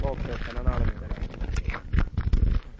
okay okay എന്നാൽ നാളെ ഞാൻ വരാം എന്നാൽ മ്